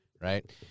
right